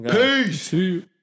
Peace